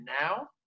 now